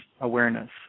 awareness